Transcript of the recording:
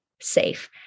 safe